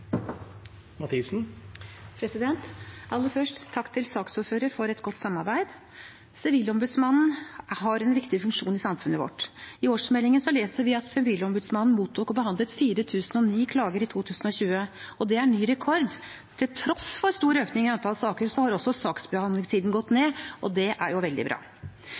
Aller først takk til saksordføreren for et godt samarbeid. Sivilombudsmannen har en viktig funksjon i samfunnet vårt. I årsmeldingen leser vi at Sivilombudsmannen mottok og behandlet 4 009 klager i 2020, og det er ny rekord. Til tross for en stor økning i antall saker har altså saksbehandlingstiden gått ned, og det er veldig bra.